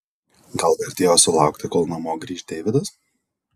gal vertėjo sulaukti kol namo grįš deividas